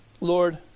Lord